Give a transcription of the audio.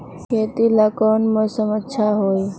खेती ला कौन मौसम अच्छा होई?